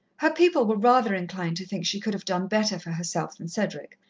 her people were rather inclined to think she could have done better for herself than cedric.